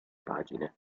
pagine